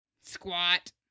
Squat